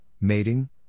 mating